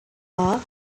are